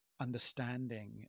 understanding